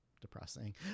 depressing